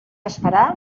esperar